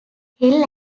hill